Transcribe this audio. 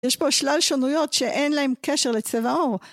יש פה שלל שונויות שאין להן קשר לצבע עור